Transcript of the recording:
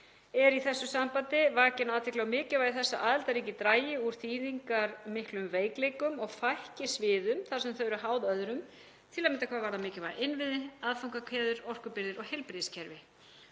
er í þessu sambandi vakin athygli á mikilvægi þess að aðildarríki dragi úr þýðingarmiklum veikleikum og fækki sviðum þar sem þau eru háð öðrum, til að mynda hvað varðar mikilvæga innviði, aðfangakeðjur, orkubirgðir og heilbrigðiskerfi.